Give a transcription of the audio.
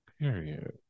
Period